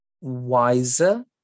wiser